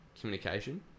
communication